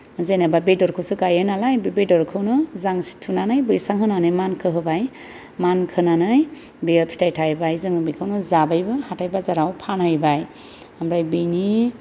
जेनेबा बेदरखौसो गायो नालाय बेदरखौनो जांसि थुनानै बैसां होनानै मानखोहोबाय मानखोनानै बेयो फिथाय थायबाय जोङो बेखौनो जाबायबो हाथाय बाजाराव फानहैबाय ओमफ्राय बेनि